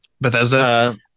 Bethesda